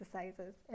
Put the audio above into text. exercises